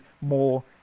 more